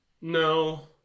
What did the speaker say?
No